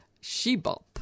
Shebop